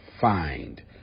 find